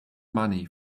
money